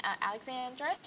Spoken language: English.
Alexandra